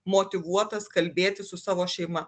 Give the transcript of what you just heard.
motyvuotas kalbėtis su savo šeima